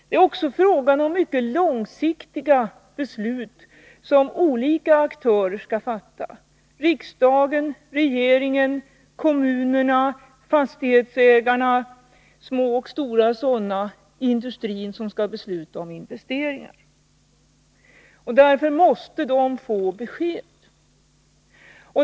Det är också fråga om mycket långsiktiga beslut som olika aktörer skall fatta: riksdagen, regeringen, kommunerna, små och stora fastighetsägare och industrin, som skall besluta om investeringar. Därför måste de få besked.